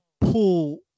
pull